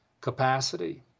capacity